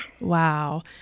Wow